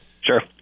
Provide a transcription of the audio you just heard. sure